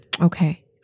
Okay